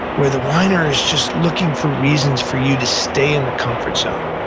where the whiner is just looking for reasons for you to stay in the comfort zone,